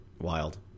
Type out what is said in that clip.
Wild